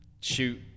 shoot